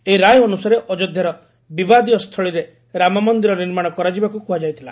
ଏହି ରାୟ ଅନୁସାରେ ଅଯୋଧ୍ୟାର ବିବାଦୀୟ ସ୍ଥଳୀରେ ରାମମନ୍ଦିର ନିର୍ମାଣ କରାଯିବାକୁ କୁହାଯାଇଥିଲା